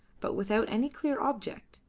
but without any clear object.